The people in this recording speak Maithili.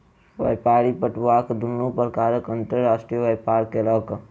व्यापारी पटुआक दुनू प्रकारक अंतर्राष्ट्रीय व्यापार केलक